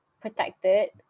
protected